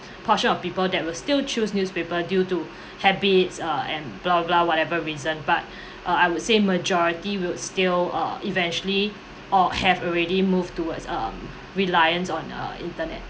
portion of people that will still choose newspaper due to habits uh and blah blah whatever reason but uh I would say majority will still uh eventually or have already moved towards um reliance on err internet